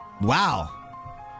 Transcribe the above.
Wow